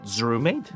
roommate